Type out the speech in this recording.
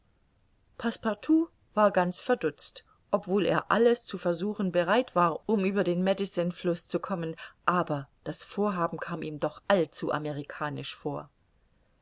passepartout war ganz verdutzt obwohl er alles zu versuchen bereit war um über den medecinefluß zu kommen aber das vorhaben kam ihm doch allzu amerikanisch vor